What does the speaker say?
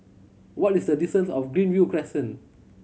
what is the distance of Greenview Crescent